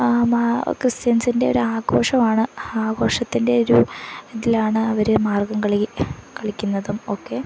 ക്രിസ്ത്യൻസിൻ്റെ ഒരു ആഘോഷമാണ് ആഘോഷത്തിൻ്റെ ഒരു ഇതിലാണ് അവര് മാർഗ്ഗംകളി കളിക്കുന്നതുമൊക്കെ